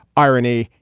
irony,